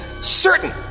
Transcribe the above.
certain